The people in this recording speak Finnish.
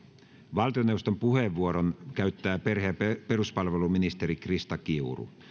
valtioneuvoston puheenvuoron käyttää perhe ja peruspalveluministeri krista kiuru